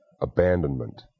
abandonment